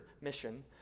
mission